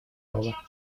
рога